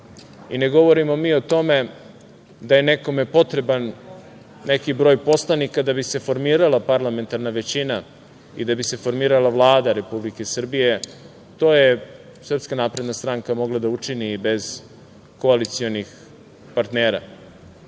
i ne govorimo mi o tome da je nekome potreban neki broj poslanika da bi se formirala parlamentarna većina i da bi se formirala Vlada Republike Srbije, to je SNS mogla da učini i bez koalicionih partnera.